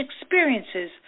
experiences